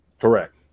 correct